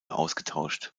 ausgetauscht